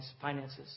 finances